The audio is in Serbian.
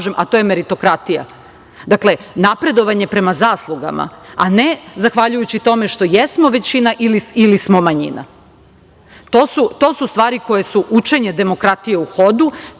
a to je meritokratija. Dakle, napredovanje prema zaslugama, a ne zahvaljujući tome što jesmo većina ili smo manjina. To su stvari koje su učenje demokratije u hodu,